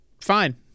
fine